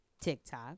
TikTok